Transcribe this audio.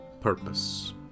purpose